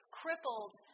crippled